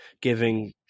giving